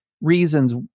reasons